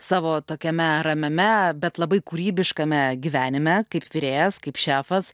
savo tokiame ramiame bet labai kūrybiškame gyvenime kaip virėjas kaip šefas